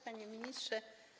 Panie Ministrze!